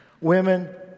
Women